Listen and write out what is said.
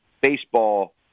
baseball